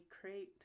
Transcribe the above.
create